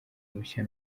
mushya